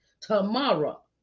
tomorrow